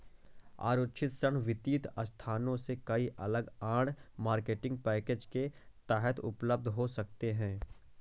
असुरक्षित ऋण वित्तीय संस्थानों से कई अलग आड़, मार्केटिंग पैकेज के तहत उपलब्ध हो सकते हैं